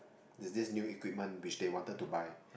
it's this new equipment which they wanted to buy